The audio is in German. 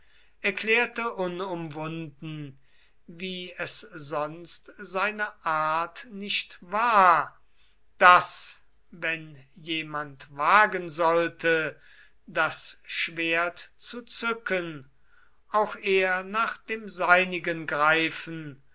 erklärte unumwunden wie es sonst seine art nicht war daß wenn jemand wagen sollte das schwert zu zücken auch er nach dem seinigen greifen